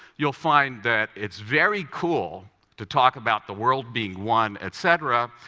you'll find that it's very cool to talk about the world being one, etc.